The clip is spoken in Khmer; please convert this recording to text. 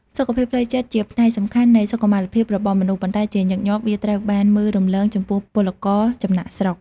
សុខភាពផ្លូវចិត្តជាផ្នែកសំខាន់នៃសុខុមាលភាពរបស់មនុស្ស ប៉ុន្តែជាញឹកញាប់ វាត្រូវបានមើលរំលងចំពោះពលករចំណាកស្រុក។